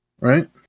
Right